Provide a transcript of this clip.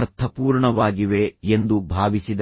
ಅರ್ಥಪೂರ್ಣವಾಗಿವೆ ಎಂದು ಭಾವಿಸಿದರು